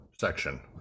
section